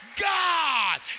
God